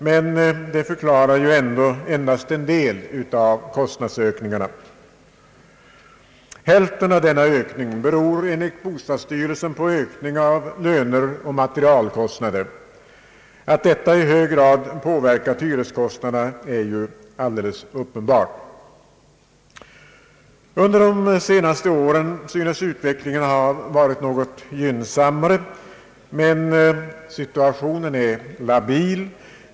Men detta förklarar ändå endast en del av kostnadsökningen. Hälften av denna ökning beror enligt bostadsstyrelsen på ökning av löner och materialkostnader. Att detta i hög grad påverkat hyreskostnaderna är alldeles uppenbart. Under de senaste åren synes utvecklingen ha varit något gynnsammare, men situationen är labil.